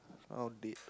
how dead